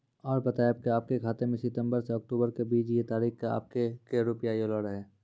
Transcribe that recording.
और बतायब के आपके खाते मे सितंबर से अक्टूबर के बीज ये तारीख के आपके के रुपिया येलो रहे?